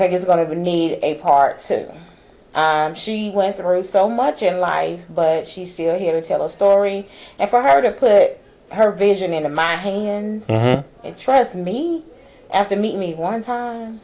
think is going to need a part so she went through so much and why but she's still here to tell a story and for her to put her vision into my hands and trust me after meet me one time